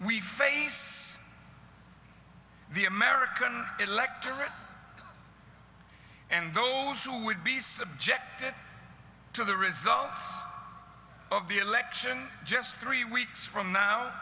we face the american electorate and those who would be subjected to the results of the election just three weeks from now